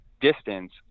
distance